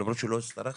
למרות שלא הייתי צריך.